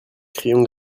crayon